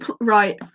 right